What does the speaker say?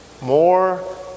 more